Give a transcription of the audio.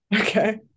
Okay